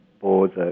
boards